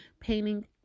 painting